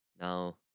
Now